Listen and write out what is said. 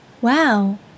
Wow